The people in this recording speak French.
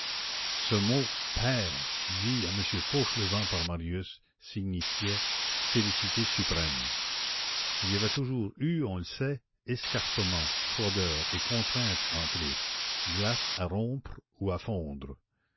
ce mot père dit à m fauchelevent par marius signifiait félicité suprême il y avait toujours eu on le sait escarpement froideur et contrainte entre eux glace à rompre ou à fondre